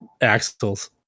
axles